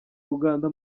uganda